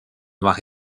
noir